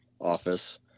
office